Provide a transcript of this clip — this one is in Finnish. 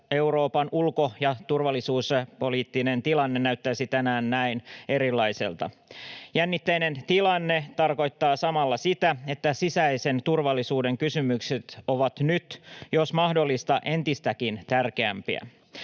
Euroopan ulko- ja turvallisuuspoliittinen tilanne näyttäisi tänään näin erilaiselta. Jännitteinen tilanne tarkoittaa samalla sitä, että sisäisen turvallisuuden kysymykset ovat nyt, jos mahdollista, entistäkin tärkeämpiä.